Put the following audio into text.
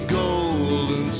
golden